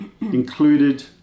included